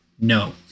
No